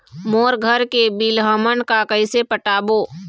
मोर घर के बिल हमन का कइसे पटाबो?